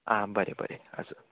आं बरें बरें आसूं